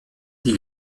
die